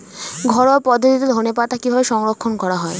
ঘরোয়া পদ্ধতিতে ধনেপাতা কিভাবে সংরক্ষণ করা হয়?